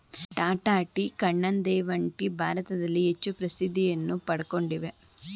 Tata tea, Kannan Devan tea ಭಾರತದಲ್ಲಿ ಹೆಚ್ಚು ಪ್ರಸಿದ್ಧಿಯನ್ನು ಪಡಕೊಂಡಿವೆ